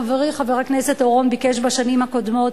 חברי חבר הכנסת אורון ביקש בשנים הקודמות